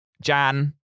Jan